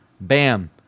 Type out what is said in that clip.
Bam